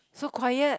so quiet